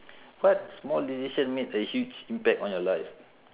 what small decision made a huge impact on your life